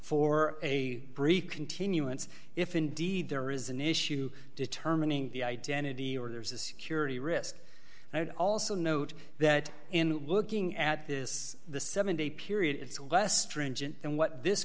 for a brief continuance if indeed there is an issue determining the identity or there's a security risk i would also note that in looking at this the seven day period it's less stringent than what this